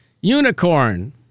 unicorn